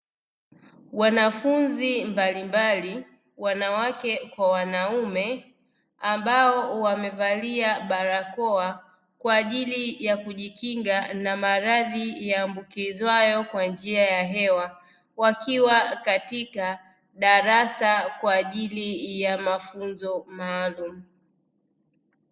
Wanafunzi mbalimbali wanawake kwa wanaume, wakiwa wamevalia barakoa kwa ajili ya kujikinga na maradhi yaambukizwayo kwa njia ya hewa, wakiwa katika darasa kwa ajili ya mafunzo maalumu .